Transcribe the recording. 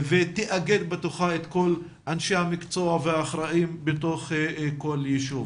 ותאגד בתוכה את כל אנשי המקצוע והאחראים בתוך כל ישוב.